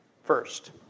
First